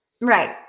Right